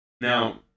Now